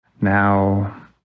now